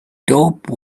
dope